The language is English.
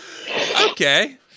Okay